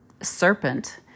serpent